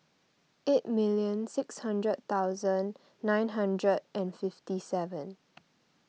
eight million six hundred thousand nine hundred and fifty seven